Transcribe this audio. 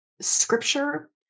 scripture